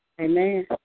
Amen